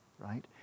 right